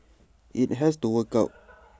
IT has to work out